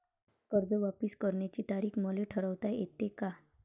कर्ज वापिस करण्याची तारीख मले ठरवता येते का?